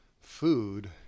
food